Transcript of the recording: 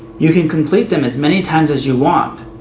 you can complete them as many times as you want.